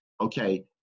okay